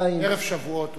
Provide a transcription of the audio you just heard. ערב שבועות הוא נפטר.